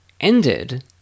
ended